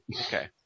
Okay